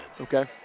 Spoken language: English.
Okay